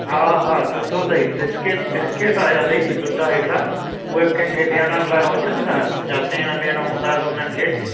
हा हा सुठो अथई बिस्केट बिस्केट आहिया अथई सुठा हिकिड़ा उहे बि कंहिं खे ॾियण लाइ हुजनि न तुंहिंजा सेण ॿेण हूंदा त उन्हनि खे